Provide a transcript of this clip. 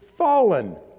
fallen